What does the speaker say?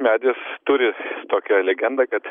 medis turi tokią legendą kad